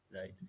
Right